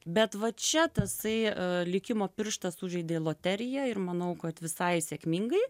bet va čia tasai likimo pirštas sužaidė loteriją ir manau kad visai sėkmingai